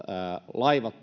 laivat